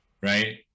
right